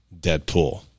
Deadpool